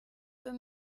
für